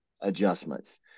adjustments